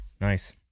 Nice